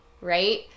right